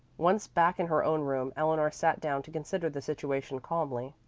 once back in her own room, eleanor sat down to consider the situation calmly.